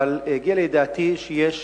אבל הגיע לידיעתי שיש